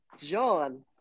John